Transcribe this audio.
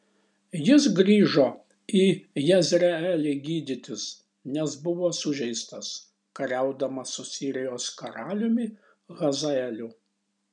jis grįžo į jezreelį gydytis nes buvo sužeistas kariaudamas su sirijos karaliumi hazaeliu